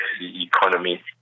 economy